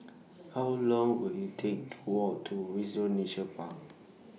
How Long Will IT Take to Walk to Windsor Nature Park